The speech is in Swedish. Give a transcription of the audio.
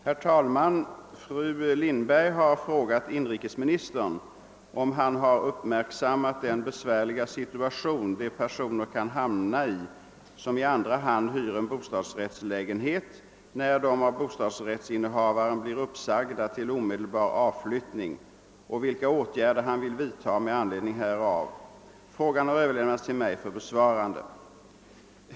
Herr talman! Fru Lindberg har frågat inrikesministern, om han har uppmärksammat den besvärliga situation de personer kan hamna i som i andra hand hyr en bostadsrättslägenhet, när de av bostadsrättsinnehavaren blir uppsagda till omedelbar avflyttning, och vilka åtgärder han vill vidta med anledning härav. Frågan har överlämnats till mig för besvarande.